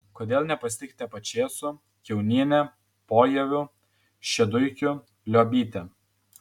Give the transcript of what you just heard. kodėl nepasitikite pačėsu kiauniene pojaviu šeduikiu liobyte